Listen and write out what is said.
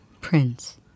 Prince